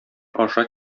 аша